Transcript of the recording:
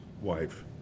wife